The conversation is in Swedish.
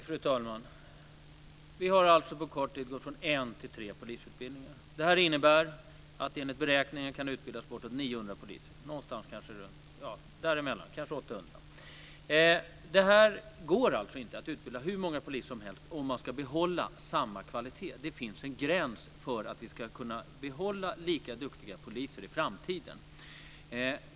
Fru talman! Vi har alltså på kort tid gått från en till tre polisutbildningar. Det här innebär att det enligt våra beräkningar kan utbildas bortåt 900 poliser, eller kanske 800. Det går inte att utbilda hur många poliser som helst om man ska behålla samma kvalitet. Det finns en gräns för att vi ska kunna behålla lika duktiga poliser i framtiden.